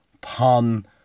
pun